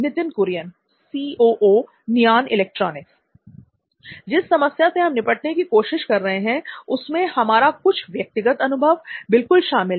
Nitin Kurian C O O Neon Electronics जिस समस्या से हम निपटने की कोशिश कर रहे हैं उसमें हमारा कुछ व्यक्तिगत अनुभव बिल्कुल शामिल है